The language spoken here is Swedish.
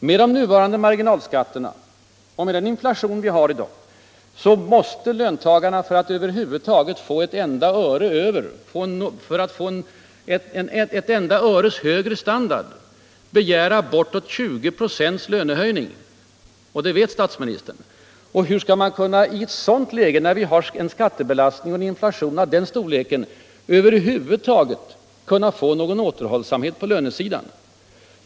Med de nuvarande marginalskatterna och den inflation vi har i dag måste löntagarna för att över huvud taget få ett enda öres högre standard begära bortåt 20 ”. lönehöjning, och det vet statsministern. Hur skall man i ett sådant läge, när vi har en skattebelastning och en inflation av den storleken, över huvud taget kunna få någon återhållsamhet på lönesidan?